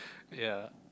ya